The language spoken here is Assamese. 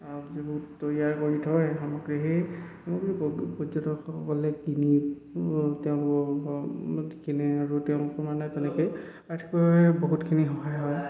যিবোৰ তৈয়াৰ কৰি থয় সামগ্ৰী সেই পৰ্যটকসকলে কিনি তেওঁলোকে কিনে আৰু তেওঁলোকৰ মানে তেনেকে আৰ্থিকাৱে বহুতখিনি সহায় হয়